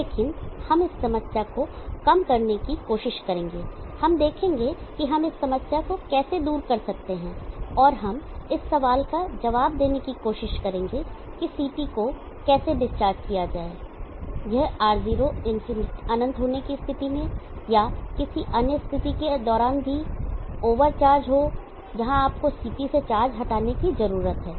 लेकिन हम इस समस्या को कम करने की कोशिश करेंगे हम देखेंगे कि हम इस समस्या को कैसे दूर कर सकते हैं और हम इस सवाल का जवाब देने की कोशिश करेंगे कि CT को कैसे डिस्चार्ज किया जाए यह R0 इन्फिनिटी अनंत होने की स्थिति में या किसी अन्य स्थिति के दौरान भी ओवर चार्ज हो जहां आपको CT से चार्ज हटाने की जरूरत है